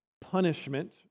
punishment